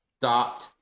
stopped